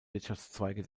wirtschaftszweige